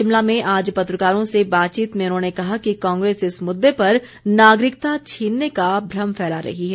शिमला में आज पत्रकारों से बातचीत में उन्होंने कहा कि कांग्रेस इस मुद्दे पर नागरिकता छीनने का भ्रम फैला रही है